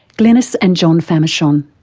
glenys and john famechon. um